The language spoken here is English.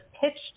pitched